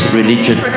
religion